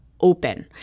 open